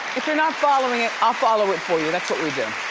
if you're not following it, i'll follow it for you. that's what we do.